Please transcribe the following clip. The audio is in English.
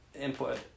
input